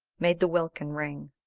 made the welkin ring.